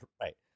right